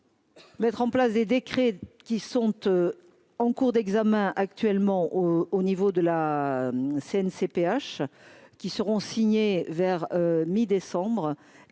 Mettre en place des décrets qui sont en cours d'examen actuellement au niveau de la CNCPH qui seront signés vers mi-décembre